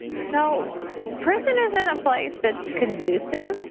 so prison isn't a place that's conducive